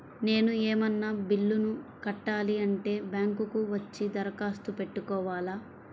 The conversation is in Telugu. నేను ఏమన్నా బిల్లును కట్టాలి అంటే బ్యాంకు కు వచ్చి దరఖాస్తు పెట్టుకోవాలా?